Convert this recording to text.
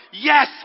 yes